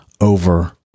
over